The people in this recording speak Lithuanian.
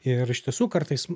ir iš tiesų kartais